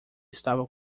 estava